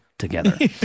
Together